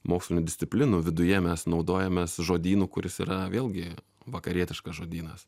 mokslinių disciplinų viduje mes naudojamės žodynu kuris yra vėlgi vakarietiškas žodynas